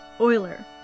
Euler